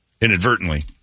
inadvertently